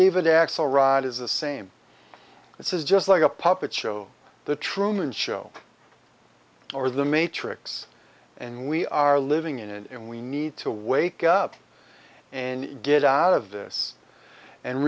david axelrod is the same this is just like a puppet show the truman show or the matrix and we are living in it and we need to wake up and get out of this and